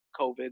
COVID